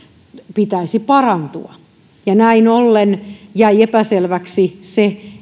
pitäisi parantua näin ollen jäi epäselväksi se